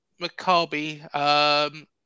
Maccabi